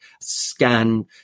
scan